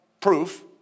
proof